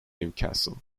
newcastle